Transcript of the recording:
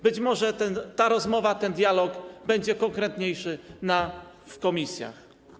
Być może ta rozmowa, ten dialog będzie konkretniejszy w komisjach.